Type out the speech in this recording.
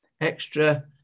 extra